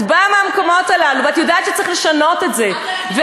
את באה מהמקומות הללו ואת יודעת שצריך לשנות את זה.